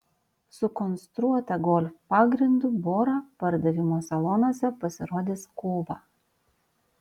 sukonstruota golf pagrindu bora pardavimo salonuose pasirodys kovą